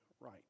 right